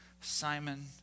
Simon